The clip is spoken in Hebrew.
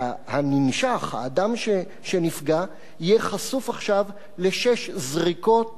והננשך, האדם שנפגע, יהיה חשוף עכשיו לשש זריקות